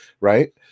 Right